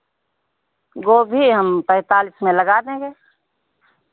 गोभी हम पैंतालीस में लगा देंगे